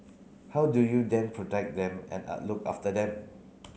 how do you then protect them and look after them